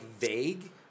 vague